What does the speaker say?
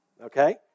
okay